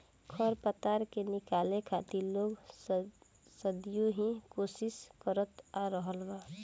खर पतवार के निकाले खातिर लोग सदियों ही कोशिस करत आ रहल बा